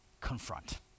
confront